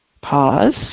pause